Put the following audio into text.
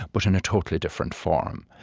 but in a totally different form,